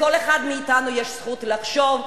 לכל אחד מאתנו יש זכות לחשוב,